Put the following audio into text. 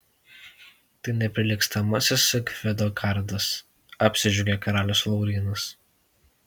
tai neprilygstamasis zigfrido kardas apsidžiaugė karalius laurynas